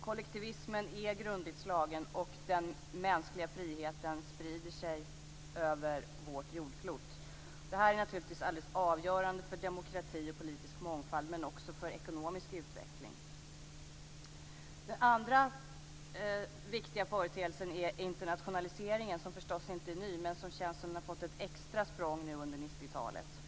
Kollektivismen är grundligt slagen, och den mänskliga friheten sprider sig över vårt jordklot. Det här är naturligtvis avgörande för demokrati och politisk mångfald men också för ekonomisk utveckling. Den andra viktiga företeelsen är internationaliseringen. Den är förstås inte ny, men det känns som om den har fått ett extra språng nu under 90-talet.